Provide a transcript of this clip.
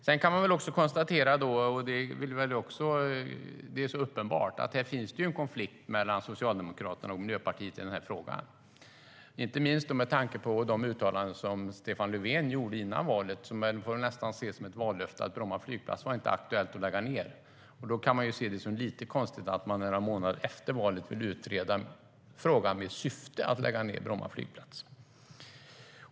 Vi kan konstatera att det är uppenbart att det finns en konflikt mellan Socialdemokraterna och Miljöpartiet i den här frågan, inte minst med tanke på de uttalanden Stefan Löfven gjorde före valet. De får nästan ses som ett vallöfte om att det inte var aktuellt att lägga ned Bromma flygplats, och då kan man se det som lite konstigt att frågan några månader efter valet skulle utredas med syfte att lägga ned Bromma flygplats.